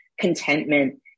contentment